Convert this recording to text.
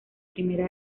primera